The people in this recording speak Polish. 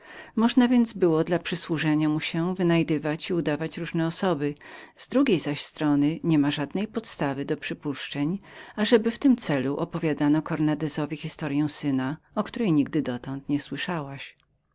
można więc było dla przysłużenia mu się wynajdywać i udawać różne osoby z drugiej zaś strony niema żadnego dowodu ażeby w tym celu opowiadano cornandezowi historyę syna o której nigdy dotąd nie słyszałaś